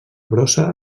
brossa